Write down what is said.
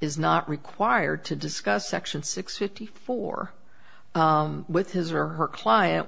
is not required to discuss section six fifty four with his or her client